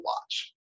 watch